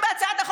נא לאפשר לה.